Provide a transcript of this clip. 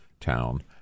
town